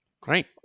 Great